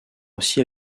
aussi